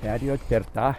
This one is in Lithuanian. perėjot per tą